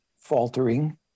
faltering